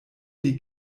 die